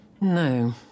No